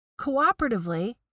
cooperatively